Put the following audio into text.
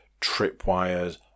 tripwires